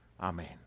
amen